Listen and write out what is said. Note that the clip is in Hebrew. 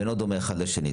ואינו דומה אחד לשני.